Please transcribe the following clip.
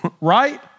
Right